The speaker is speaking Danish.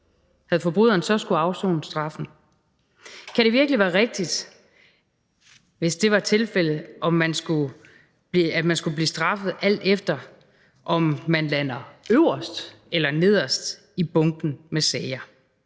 Havde forbryderen så skullet afsone straffen? Kan det virkelig være rigtigt, hvis det var tilfældet, at man skulle blive straffet, alt efter om man landede øverst eller nederst i bunken med sager?